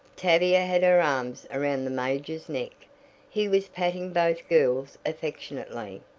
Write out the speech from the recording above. tavia had her arms around the major's neck he was patting both girls affectionately.